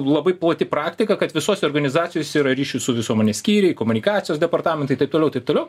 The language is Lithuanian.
labai plati praktika kad visose organizacijose yra ryšių su visuomene skyriai komunikacijos departamentai taip toliau taip toliau